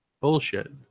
Bullshit